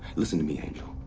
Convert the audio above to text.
listen to me, angel.